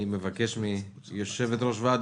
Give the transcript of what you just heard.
אני מבקש מיושבת-ראש ועד